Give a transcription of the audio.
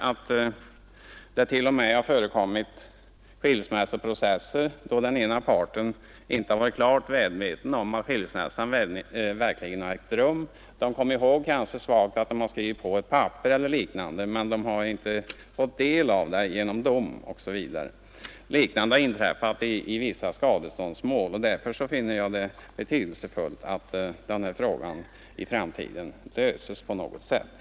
Det lär t.o.m. ha förekommit skilsmässoprocesser där den ena parten inte har varit klart medveten om att skilsmässan verkligen har ägt rum. Vederbörande kommer kanske svagt ihåg att han eller hon har skrivit på ett papper men har inte fått del av domen. Liknande har inträffat i vissa skadeståndsmål. Därför finner jag det betydelsefullt att frågan på något sätt löses.